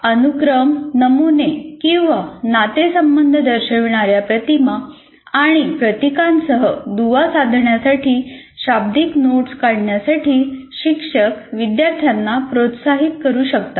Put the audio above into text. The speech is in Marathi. अनुक्रम नमुने किंवा नातेसंबंध दर्शविणार्या प्रतिमा आणि प्रतीकांसह दुवा साधण्यासाठी शाब्दिक नोट्स काढण्यासाठी शिक्षक विद्यार्थ्यांना प्रोत्साहित करू शकतात